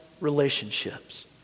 relationships